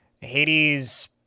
Hades